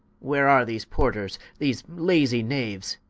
where are these porters? these lazy knaues?